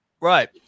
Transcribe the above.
Right